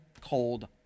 cold